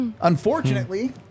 Unfortunately